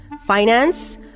finance